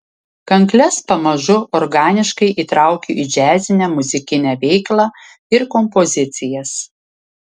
kankles pamažu organiškai įtraukiu į džiazinę muzikinę veiklą ir kompozicijas